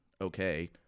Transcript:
okay